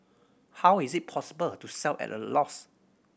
how is it possible to sell at a loss